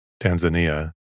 Tanzania